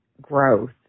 growth